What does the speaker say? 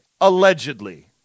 Allegedly